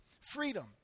Freedom